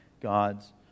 God's